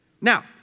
Now